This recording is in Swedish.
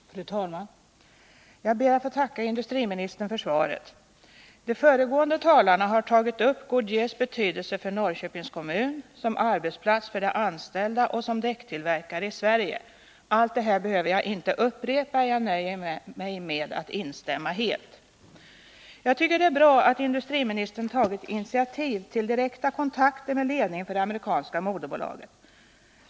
Fru talman! Jag ber att få tacka industriministern för svaret. De föregående talarna har tagit upp Goodyears betydelse för Norrköpings kommun som arbetsplats för de anställda och som däcktillverkare i Sverige. Allt detta behöver jag inte upprepa utan nöjer mig med att helt instämma. Jag tycker att det är bra att industriministern har tagit initiativ till dessa kontakter med ledningen för det amerikanska moderbolaget.